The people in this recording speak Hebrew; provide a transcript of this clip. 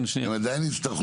הם עדיין יצטרכו לרדוף.